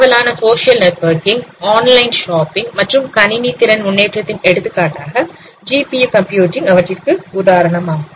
பரவலான social networking online shopping மற்றும் கணினி திறன் முன்னேற்றத்தின் எடுத்துக்காட்டாக ஜிபியூ கம்ப்யூட்டிங் அவற்றிற்கு உதாரணமாகும்